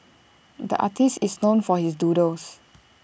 the artist is known for his doodles